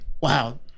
wow